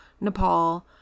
Nepal